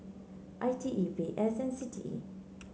I T E V S and C T E